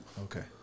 Okay